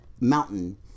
mountain